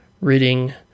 reading